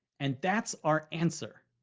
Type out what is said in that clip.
and that's our answer.